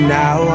now